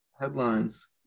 headlines